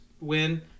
win –